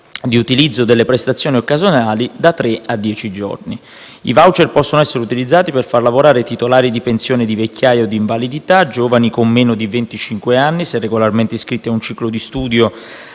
di utilizzo delle prestazioni occasionali, da tre a dieci giorni. I *voucher* possono essere utilizzati per far lavorare titolari di pensione di vecchiaia o di invalidità, giovani con meno di venticinque anni (se regolarmente iscritti a un ciclo di studio,